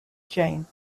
jane